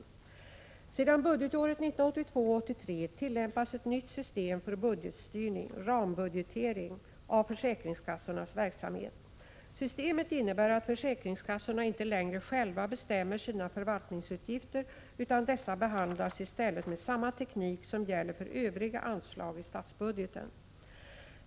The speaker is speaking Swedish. Sedan budgetåret 1982/83 tillämpas ett nytt system för budgetstyrning — rambudgetering — av försäkringskassornas verksamhet. Systemet innebär att försäkringskassorna inte längre själva bestämmer sina förvaltningsutgifter, utan dessa behandlas i stället med samma teknik som gäller för övriga anslag i statsbudgeten.